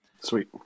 Sweet